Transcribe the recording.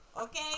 Okay